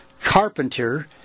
Carpenter